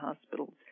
hospitals